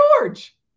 George